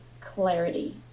clarity